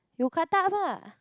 you cut up lah